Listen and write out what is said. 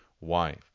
wife